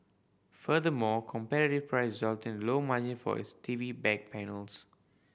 furthermore competitive price resulted in lower margins for its T V back panels